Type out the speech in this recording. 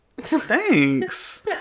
Thanks